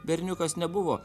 berniukas nebuvo